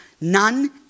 none